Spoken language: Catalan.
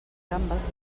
gambes